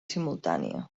simultània